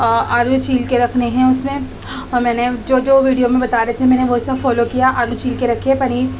آلو چھیل کے رکھنے ہیں اس میں اور میں نے جو جو ویڈیو میں بتا رہے تھے میں نے وہ سب فالو کیا آلو چھیل کے رکھے پنیر